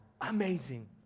Amazing